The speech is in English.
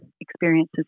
experiences